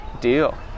deal